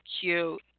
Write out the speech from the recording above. cute